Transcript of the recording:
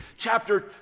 chapter